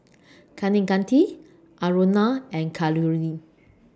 Kaneganti Aruna and Kalluri